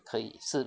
可以是